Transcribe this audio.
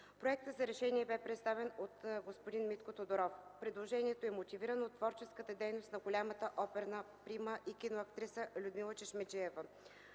Проектът за решение бе представен от господин Митко Тодоров. Предложението е мотивирано от творческата дейност на голямата оперетна прима и киноактриса Людмила Чешмеджиева.